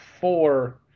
four